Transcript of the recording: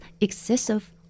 excessive